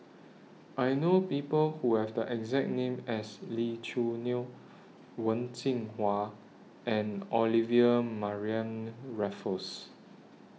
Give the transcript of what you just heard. I know People Who Have The exact name as Lee Choo Neo Wen Jinhua and Olivia Mariamne Raffles